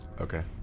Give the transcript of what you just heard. Okay